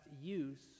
use